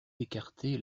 écarté